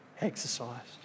exercised